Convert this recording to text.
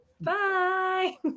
bye